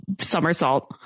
somersault